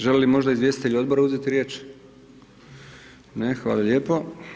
Želi li možda izvjestitelj odbora uzeti riječ, ne, hvala lijepo.